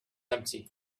empty